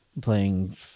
playing